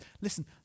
Listen